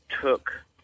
took